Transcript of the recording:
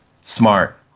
Smart